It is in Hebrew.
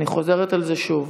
אני חוזרת על זה שוב.